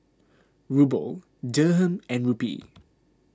Ruble Dirham and Rupee